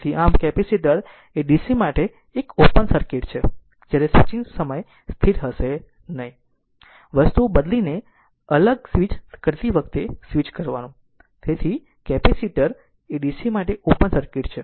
તેથી આમ કેપેસિટર એ DC માટે એક ઓપન સર્કિટ છે જ્યારે સ્વિચિંગ સમયે સ્થિર નહીં વસ્તુઓ બદલીને અલગ સ્વિચ કરતી વખતે સ્વિચ કરવું પરંતુ આમ કેપેસિટર એ DC માટે ઓપન સર્કિટ છે